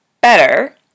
better